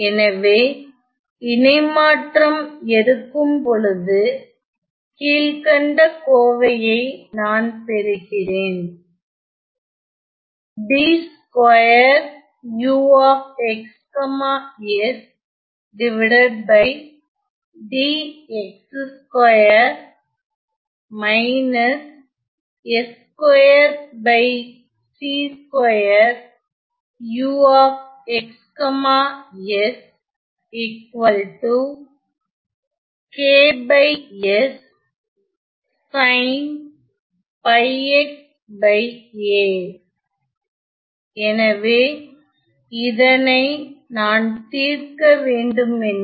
எனவே இணைமாற்றம் எடுக்கும்பொழுது கீழ்கண்ட கோவையை நான் பெறுகிறேன் எனவே இதனை நான் தீர்க்க வேண்டுமெனில்